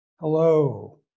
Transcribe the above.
Hello